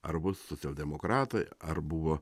ar bus socialdemokratai ar buvo